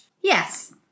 Yes